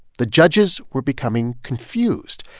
the judges were becoming confused.